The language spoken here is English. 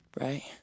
Right